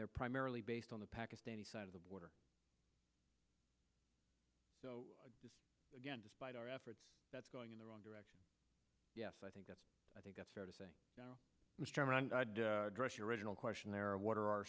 they're primarily based on the pakistani side of the border again despite our efforts that's going in the wrong direction yes i think that's i think that's fair to say mr brown dress your original question there are what are our